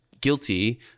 guilty